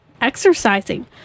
exercising